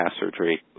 surgery